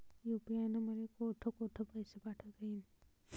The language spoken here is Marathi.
यू.पी.आय न मले कोठ कोठ पैसे पाठवता येईन?